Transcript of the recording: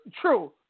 True